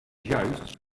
juist